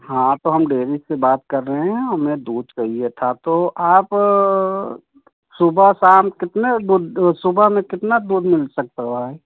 हाँ तो हम डेरी से बात कर रहे हैं हमें दूध चाहिए था तो आप सुबह शाम कितने दूध सुबह में कितना दूध मिल सकता है